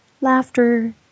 laughter